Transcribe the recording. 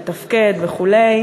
מתפקד וכו',